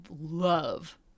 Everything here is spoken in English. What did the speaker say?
love